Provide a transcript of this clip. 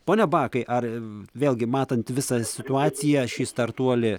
pone bakai ar vėlgi matant visą situaciją šį startuolį